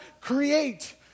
create